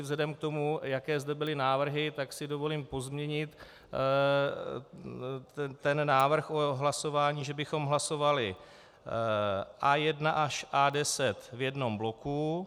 Vzhledem k tomu, jaké zde byly návrhy, tak si dovolím pozměnit ten návrh hlasování, že bychom hlasovali A1 až A10 v jednom bloku.